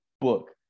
book